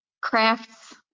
crafts